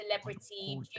celebrity